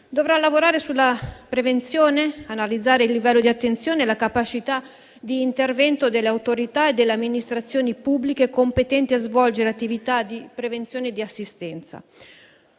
Dovrà lavorare sulla prevenzione, analizzare il livello di attenzione e la capacità di intervento delle autorità e delle amministrazioni pubbliche competenti a svolgere attività di prevenzione e di assistenza.